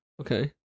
Okay